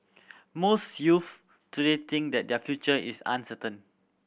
most youths today think that their future is uncertain